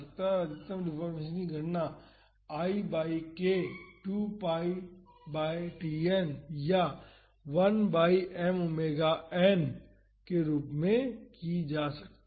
और अधिकतम डिफ़ॉर्मेशन की गणना I by k 2 pi by Tn या I by m omega n के रूप में की जा सकती है